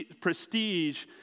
prestige